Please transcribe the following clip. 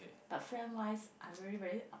but friend wise I really very up~